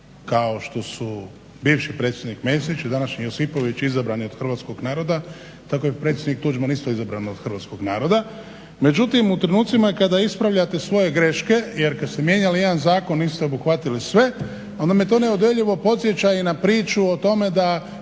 Kao što su bivši predsjednik Mesić i današnji Josipović izabrani od Hrvatskog naroda tako je predsjednik Tuđman isto izabran od Hrvatskog naroda. Međutim, u trenucima kada ispravljate svoje greške, jer kad ste mijenjali jedan zakon niste obuhvatili sve, onda me to neodoljivo podsjeća i na priču o tome da